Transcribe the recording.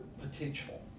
potential